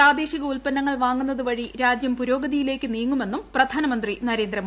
പ്രാദേശിക ഉൽപ്പന്നങ്ങൾ വാങ്ങുന്നതുവഴി രാജ്യം പുരോഗതിയിലേയ്ക്ക് നീങ്ങുമെന്നും പ്രധാനമന്ത്രി നരേന്ദ്രമോദി